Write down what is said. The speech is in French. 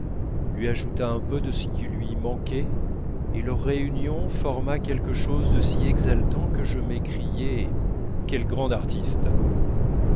lui ajouta un peu de ce qui lui manquait et leur réunion forma quelque chose de si exaltant que je m'écriai quelle grande artiste